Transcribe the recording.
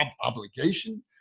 obligation